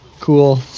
cool